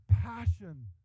passion